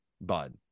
Bud